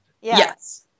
yes